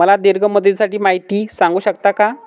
मला दीर्घ मुदतीसाठी माहिती सांगू शकता का?